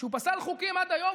כשהוא פסל חוקים עד היום,